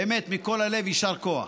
באמת, מכל הלב, יישר כוח.